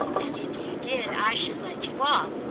and if you did i should let you off,